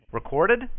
Recorded